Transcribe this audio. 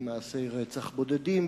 במעשי רצח בודדים,